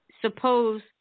suppose